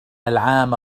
العام